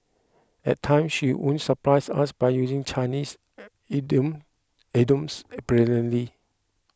at times she would surprise us by using Chinese idiom idioms brilliantly